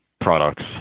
products